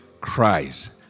Christ